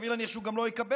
וסביר להניח שהוא גם לא יקבל,